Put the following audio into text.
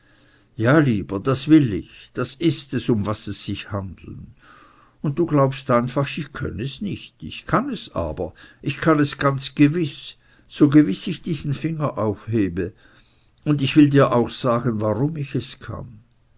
ja lieber das will ich das ist es um was es sich handelt und du glaubst einfach ich könn es nicht ich kann es aber ich kann es ganz gewiß so gewiß ich diesen finger aufhebe und ich will dir auch sagen warum ich es kann